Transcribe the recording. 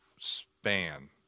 span